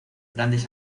grandes